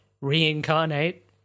Reincarnate